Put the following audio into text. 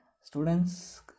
students